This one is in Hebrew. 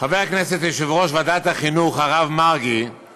חברי הכנסת, אדוני היושב-ראש, חברי חברי הכנסת,